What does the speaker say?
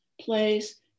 plays